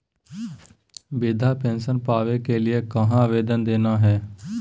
वृद्धा पेंसन पावे के लिए कहा आवेदन देना है?